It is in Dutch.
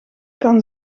kan